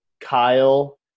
Kyle